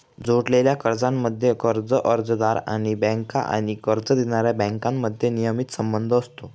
जोडलेल्या कर्जांमध्ये, कर्ज अर्जदार आणि बँका आणि कर्ज देणाऱ्या बँकांमध्ये नियमित संबंध असतो